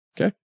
Okay